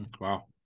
Wow